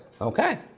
okay